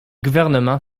gouvernements